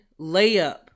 layup